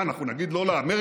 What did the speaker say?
מה, אנחנו נגיד לא לאמריקה?